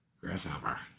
Grasshopper